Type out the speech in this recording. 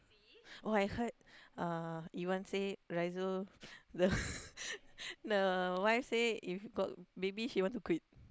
oh I heard uh Evan say Riso the the wife say if got baby she want to quit